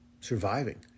surviving